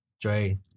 Dre